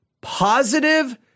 positive